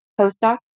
postdoc